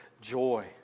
joy